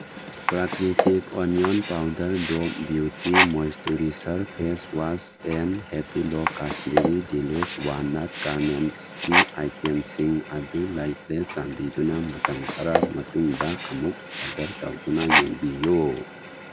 ꯄ꯭ꯔꯥꯀ꯭ꯔꯤꯇꯤꯛ onion powder ꯗꯣꯞ beauty moisturiser face wash and Happilo Kashmiri deluxe walnut ꯀꯔꯅꯦꯟꯁꯀꯤ ꯑꯥꯏꯇꯦꯝꯁꯤꯡ ꯑꯗꯨ ꯂꯩꯇ꯭ꯔꯦ ꯆꯥꯟꯕꯤꯗꯨꯅ ꯃꯇꯝ ꯈꯔ ꯃꯇꯨꯡꯗ ꯑꯃꯨꯛ ꯑꯣꯔꯗꯔ ꯇꯧꯗꯨꯅ ꯌꯦꯡꯕꯤꯌꯨ